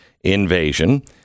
invasion